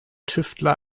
tüftler